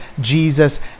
Jesus